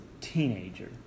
teenager